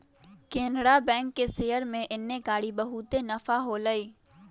Canara bank के share में एन्नेकारी बहुते नफा होलई